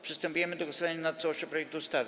Przystępujemy do głosowania nad całością projektu ustawy.